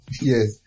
Yes